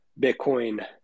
Bitcoin